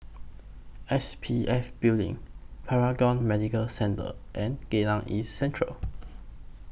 S P F Building Paragon Medical Centre and Geylang East Central